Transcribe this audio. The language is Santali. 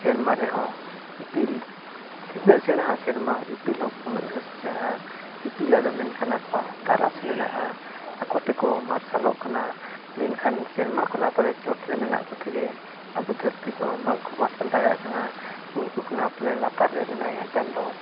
ᱥᱮᱨᱢᱟ ᱨᱮᱦᱚᱸ ᱤᱯᱤᱞ ᱛᱤᱱᱟᱹᱜ ᱥᱮᱬᱟᱣᱟ ᱥᱮᱨᱢᱟ ᱤᱯᱤᱞ ᱦᱚᱸ ᱩᱱᱟᱹᱜ ᱜᱮᱠᱚ ᱥᱮᱬᱟᱣᱟ ᱤᱯᱤᱞᱟᱜ ᱫᱚ ᱢᱮᱱᱠᱷᱟᱱ ᱟᱠᱚᱣᱟᱜ ᱛᱟᱨᱟᱥ ᱢᱮᱱᱟᱜᱼᱟ ᱟᱠᱚ ᱛᱮᱠᱚ ᱢᱟᱨᱥᱟᱞᱚᱜ ᱠᱟᱱᱟ ᱢᱮᱱᱠᱷᱟᱱ ᱥᱮᱨᱢᱟ ᱠᱷᱚᱱᱟᱜ ᱯᱟᱞᱮᱱ ᱪᱚᱴᱨᱮ ᱢᱮᱱᱟᱜ ᱠᱚ ᱛᱮᱜᱮ ᱟᱵᱚ ᱫᱷᱟᱹᱨᱛᱤ ᱫᱚ ᱵᱟᱝᱠᱚ ᱢᱟᱨᱥᱟᱞ ᱫᱟᱲᱮᱭᱟᱜ ᱠᱟᱱᱟ ᱩᱱᱠᱩ ᱠᱷᱚᱱᱟᱜ ᱯᱟᱞᱮᱱ ᱞᱟᱛᱟᱨ ᱨᱮ ᱢᱮᱱᱟᱭᱟ ᱪᱟᱸᱫᱚ